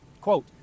quote